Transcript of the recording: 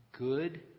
Good